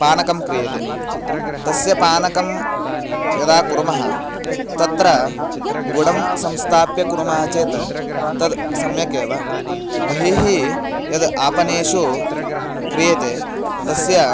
पानकं क्रियते तस्य पानकं यदा कुर्मः तत्र गुडं संस्थाप्य कुर्मः चेत् तद् सम्यक् एव बहिः यद् आपणेषु क्रियते तस्य